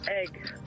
Egg